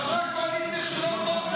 חברי הקואליציה שלא פה,